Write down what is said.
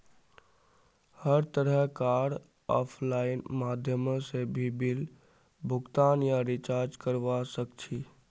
हर तरह कार आफलाइन माध्यमों से भी बिल भुगतान या रीचार्ज करवा सक्छी